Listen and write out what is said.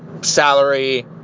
salary